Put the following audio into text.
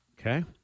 Okay